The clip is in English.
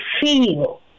feel